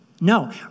No